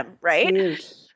right